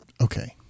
okay